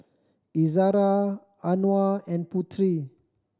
Izzara Anuar and Putri